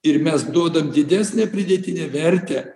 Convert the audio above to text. ir mes duodam didesnę pridėtinę vertę